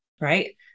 Right